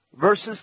verses